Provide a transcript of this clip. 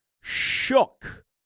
Shook